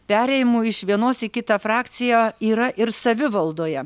perėjimų iš vienos į kitą frakciją yra ir savivaldoje